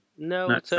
No